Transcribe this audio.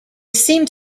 seemed